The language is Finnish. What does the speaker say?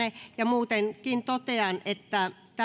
muutenkin totean että